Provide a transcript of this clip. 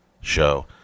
Show